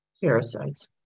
parasites